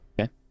Okay